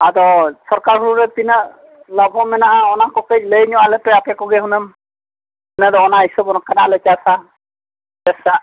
ᱟᱫᱚ ᱥᱚᱨᱠᱟᱨ ᱦᱳᱲᱳ ᱨᱮ ᱛᱤᱱᱟᱹᱜ ᱞᱟᱵᱷᱦᱚᱸ ᱢᱮᱱᱟᱜᱼᱟ ᱚᱱᱟ ᱠᱚ ᱠᱟᱹᱡ ᱞᱟᱹᱭ ᱧᱚᱜ ᱟᱞᱮ ᱯᱮ ᱟᱯᱮ ᱠᱚᱜᱮ ᱦᱩᱱᱟᱹᱝ ᱚᱱᱟ ᱫᱚ ᱚᱱᱟ ᱦᱤᱥᱟᱹᱵ ᱚᱱᱠᱟᱱᱟᱜ ᱞᱮ ᱪᱟᱥᱟ ᱪᱟᱥᱟ